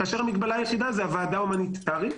המגבלה היחידה היא הוועדה ההומניטרית,